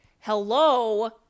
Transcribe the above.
Hello